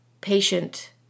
patient